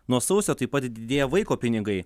nuo sausio taip pat didėja vaiko pinigai